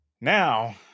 Now